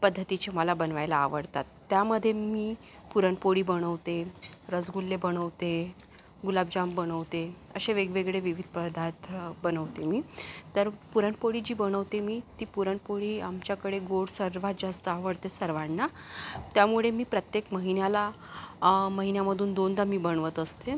पद्धतीचे मला बनवायला आवडतात त्यामध्ये मी पुरणपोळी बनवते रसगुल्ले बनवते गुलाबजाम बनवते असे वेगवेगळे विविध पदार्थ बनवते मी तर पुरणपोळी जी बनवते मी ती पुरणपोळी आमच्याकडे गोड सर्वात जास्त आवडते सर्वांना त्यामुळे मी प्रत्येक महिन्याला महिन्यामधून दोनदा मी बनवत असते